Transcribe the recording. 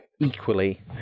equally